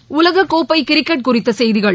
முதலில் உலக் கோப்பை கிரிக்கெட் குறித்த செய்திகள்